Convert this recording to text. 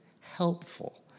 helpful